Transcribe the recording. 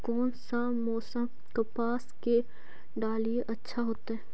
कोन सा मोसम कपास के डालीय अच्छा होबहय?